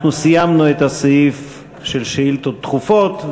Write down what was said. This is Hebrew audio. אנחנו סיימנו את הסעיף של שאילתות דחופות.